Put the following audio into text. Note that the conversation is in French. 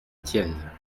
tienne